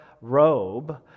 robe